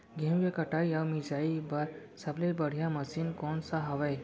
गेहूँ के कटाई अऊ मिंजाई बर सबले बढ़िया मशीन कोन सा हवये?